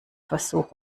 versuch